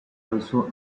also